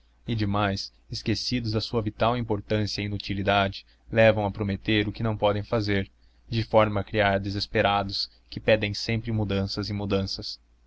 e demais esquecidos de sua vital impotência e inutilidade levam a prometer o que não podem fazer de forma a criar desesperados que pedem sempre mudanças e mudanças